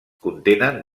contenen